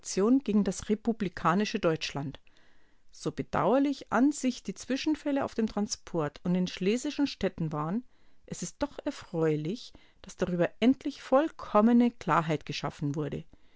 gegen das republikanische deutschland so bedauerlich an sich die zwischenfälle auf dem transport und in schlesischen städten waren es ist doch erfreulich daß darüber endlich vollkommene klarheit geschaffen wurde